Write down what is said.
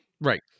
right